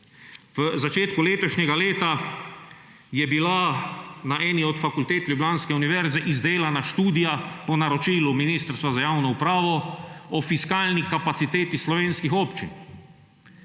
V začetku letošnjega leta je bila na eni od fakultet ljubljanske univerze izdelana študija po naročilu Ministrstva za javno upravo o fiskalni kapaciteti slovenskih občin.